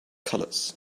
colors